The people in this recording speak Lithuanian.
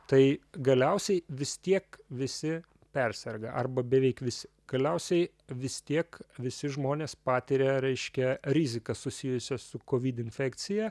tai galiausiai vis tiek visi perserga arba beveik visi galiausiai vis tiek visi žmonės patiria reiškia rizikas susijusias su covid infekcija